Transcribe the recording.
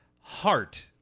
heart